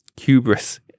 Hubris